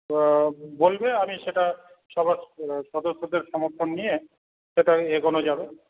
বলবে আমি সেটা সবার সদস্যদের সমর্থন নিয়ে সেটা এগোনো যাবে